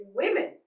women